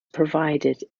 provided